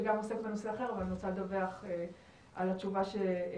שגם עוסק בנושא אחר אבל אני רוצה לדווח על התשובה שתימסר.